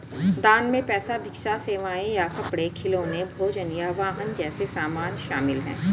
दान में पैसा भिक्षा सेवाएं या कपड़े खिलौने भोजन या वाहन जैसे सामान शामिल हैं